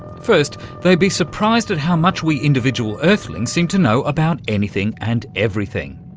first they'd be surprised at how much we individual earthlings seem to know about anything and everything.